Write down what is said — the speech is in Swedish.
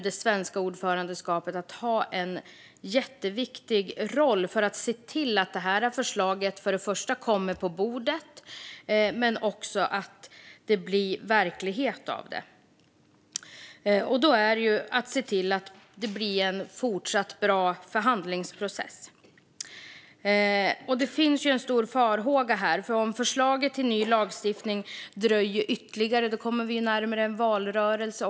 Det svenska ordförandeskapet kommer dock att ha en jätteviktig roll i att se till inte bara att det här förslaget kommer upp på bordet utan också att det blir verklighet av det. Då handlar det om att se till att det blir en fortsatt bra förhandlingsprocess. Det finns en stor fara här, för om förslaget till ny lagstiftning dröjer ytterligare kommer vi också närmare en valrörelse.